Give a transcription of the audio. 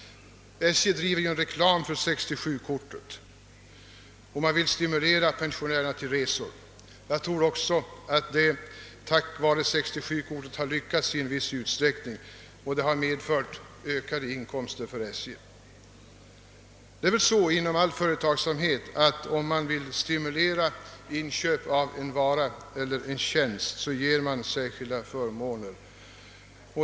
SJ driver reklam för 67-kortet och vill stimulera pensionärerna till resor. Tack vare att 67-kortet har lyckats i viss utsträckning tror jag att SJ har tillförts ökade inkomster. Inom all företagsamhet är det ju så att om man vill stimulera till inköp av en vara eller en tjänst ger man särskilda förmåner.